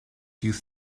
youth